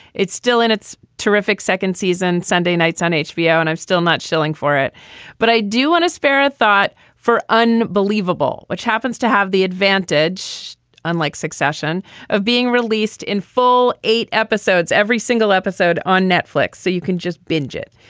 it's still in its terrific second season sunday nights on hbo and i'm still not shilling for it but i do want to spare a thought for unbelievable which happens to have the advantage unlike succession of being released in full eight episodes every single episode on netflix so you can just binge it.